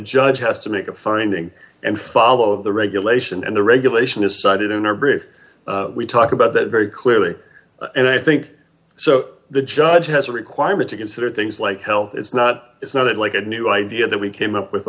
judge has to make a finding and follow the regulation and the regulation is cited in our brief we talk about that very clearly and i think so the judge has a requirement to consider things like health it's not it's not like a new idea that we came up with